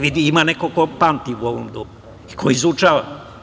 Vidi, ima neko ko pamti u ovom domu i koji izučava.